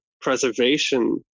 preservation